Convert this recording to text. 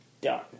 done